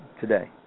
today